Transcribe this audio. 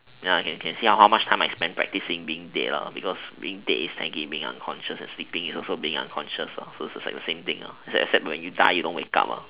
ya can see can see how much time I spend practising being dead lah because being dead is like being unconscious and sleeping is also being unconscious so it's like the same thing as being unconscious except when you die you don't wake up lah